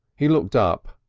he looked up.